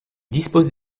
disposent